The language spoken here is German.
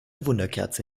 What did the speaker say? wunderkerze